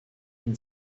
can